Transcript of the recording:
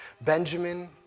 Benjamin